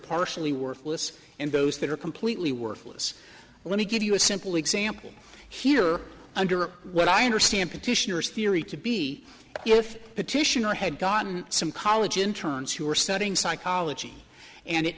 partially worthless and those that are completely worthless let me give you a simple example here under what i understand petitioners theory to be if petitioner had gotten some college interns who were studying psychology and it